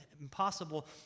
impossible